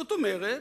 זאת אומרת,